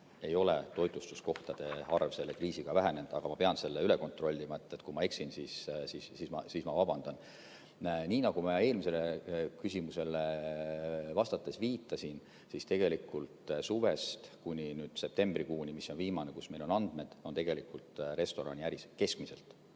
ei ole toitlustuskohtade arv selle kriisiga vähenenud, aga ma pean selle üle kontrollima. Kui ma eksin, siis ma vabandan. Nii nagu ma eelmisele küsimusele vastates viitasin, siis tegelikult suvest kuni septembrikuuni, mis on viimane, mille kohta meil on andmed, on tegelikult restoraniäris keskmiselt